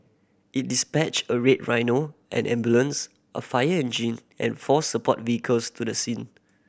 it dispatched a Red Rhino an ambulance a fire engine and four support vehicles to the scene